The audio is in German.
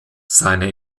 seine